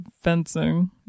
fencing